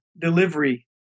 delivery